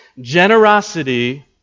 generosity